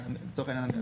לצורך העניין.